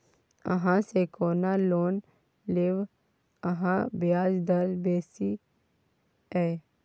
अहाँसँ कोना लोन लेब अहाँक ब्याजे दर बेसी यै